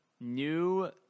new